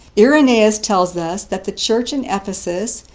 irenaeus tells us that the church in ephesus,